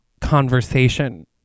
conversation